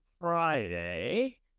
Friday